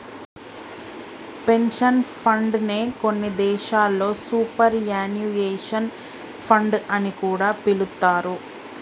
pension fund నే కొన్ని దేశాల్లో సూపర్ యాన్యుయేషన్ ఫండ్ అని కూడా పిలుత్తారు